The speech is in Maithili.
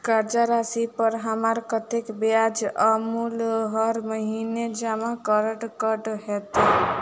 कर्जा राशि पर हमरा कत्तेक ब्याज आ मूल हर महीने जमा करऽ कऽ हेतै?